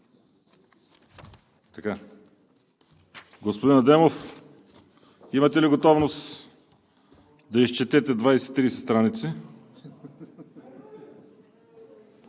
Левски! Господин Адемов, имате ли готовност да изчетете 20 – 30 страници?